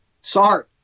Sorry